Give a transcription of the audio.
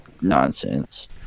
nonsense